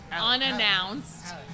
unannounced